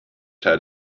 had